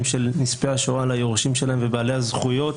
של נספי השואה ליורשים שלהם ובעלי הזכויות.